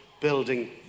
building